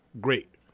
great